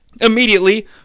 Immediately